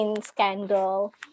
scandal